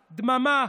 דממה.